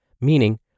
meaning